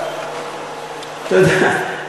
אתה יודע,